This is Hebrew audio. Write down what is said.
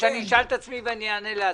לגבי השאלות שנשאלו והייתם צריכים לתת תשובות.